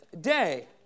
Day